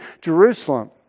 Jerusalem